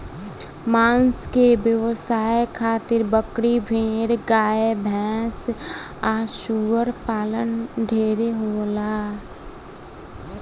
मांस के व्यवसाय खातिर बकरी, भेड़, गाय भैस आ सूअर पालन ढेरे होला